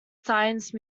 science